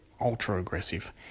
ultra-aggressive